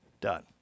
done